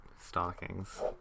Stockings